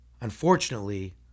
unfortunately